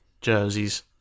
jerseys